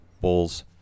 Bulls